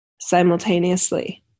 simultaneously